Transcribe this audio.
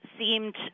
seemed